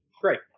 great